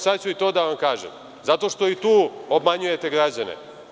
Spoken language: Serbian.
Sada ću i to da vam kažem, zato što i tu obmanjujete građane.